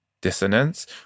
dissonance